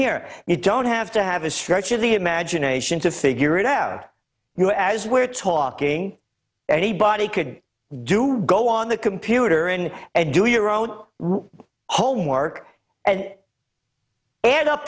here you don't have to have a stretch of the imagination to figure it out you know as we're talking anybody could do we go on the computer and do your own homework and add up